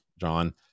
John